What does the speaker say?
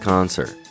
Concert